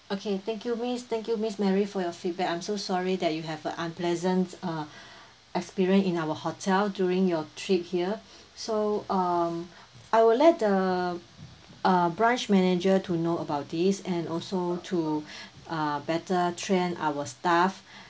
okay thank you miss thank you miss mary for your feedback I'm so sorry that you have a unpleasant uh experience in our hotel during your trip here so um I will let the uh branch manager to know about this and also to uh better train our staff